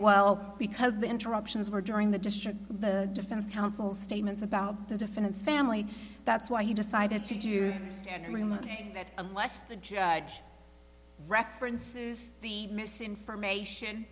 well because the interruptions were during the district the defense counsel statements about the defendant's family that's why he decided to do every month that unless the judge references the misinformation